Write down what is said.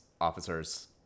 officers